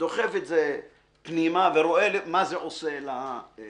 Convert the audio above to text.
דוחף את זה פנימה, ורואה מה זה עושה למספרים.